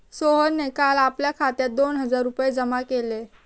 सोहनने काल आपल्या खात्यात दोन हजार रुपये जमा केले